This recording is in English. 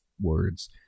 words